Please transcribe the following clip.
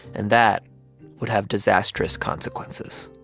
and that would have disastrous consequences